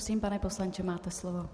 Prosím, pane poslanče, máte slovo.